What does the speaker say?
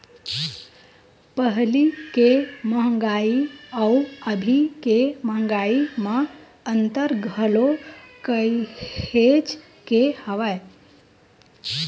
पहिली के मंहगाई अउ अभी के मंहगाई म अंतर घलो काहेच के हवय